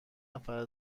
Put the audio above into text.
نفر